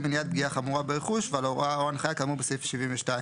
מניעת פגיעה חמורה ברכוש ועל הוראה או הנחיה כאמור בסעיף 72(ב)."